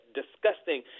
disgusting